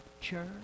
church